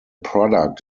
product